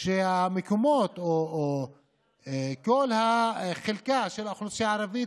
שהמקומות ושכל חלקה של האוכלוסייה הערבית